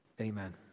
Amen